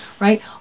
right